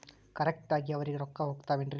Correct ಆಗಿ ಅವರಿಗೆ ರೊಕ್ಕ ಹೋಗ್ತಾವೇನ್ರಿ?